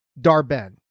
Darben